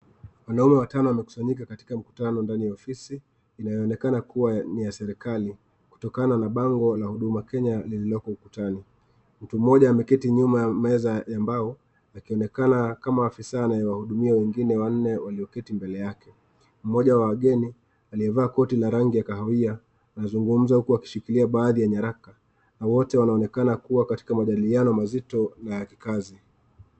Wanaume watano wamekusanyika katika mkutano ndani ya ofisi inayoonekana kuwa ni ya serikali kutokana na bango la Huduma Kenya lililoko ukutani. Mtu mmoja ameketi nyuma ya meza ya mbao akionekana kama afisaa anaye anawahudumia wengine wanne walio keti mbele yake. Mmoja wa wageni aliye vaa koti la rangi ya kawahia anazungumza huku akishikilia baadhi ya nyaraka. Wote wanaonekana kuwa katika majadiliano mazito na ya ki kazi.